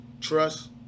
trust